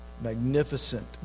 magnificent